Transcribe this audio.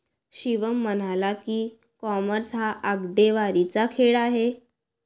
शिवम म्हणाला की, कॉमर्स हा आकडेवारीचा खेळ आहे